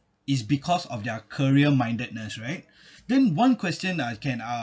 is because of their career mindedness right then one question I can uh